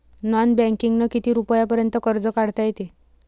Non बँकिंगनं किती रुपयापर्यंत कर्ज काढता येते?